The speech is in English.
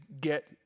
get